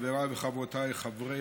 חבריי וחברותיי חברי